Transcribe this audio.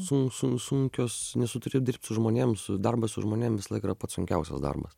su su sunkios nes tu turi dirbt su žmonėm su darbas su žmonėm visą laiką yra pats sunkiausias darbas